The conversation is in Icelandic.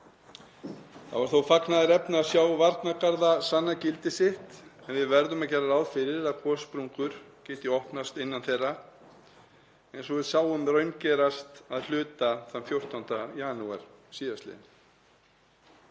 Það var þó fagnaðarefni að sjá varnargarða sanna gildi sitt en við verðum að gera ráð fyrir að gossprungur geti opnast innan þeirra eins og við sáum raungerast að hluta þann 14. janúar síðastliðinn.